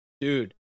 dude